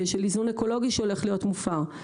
של איזון אקולוגי שהולך להיות מופר.